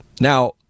now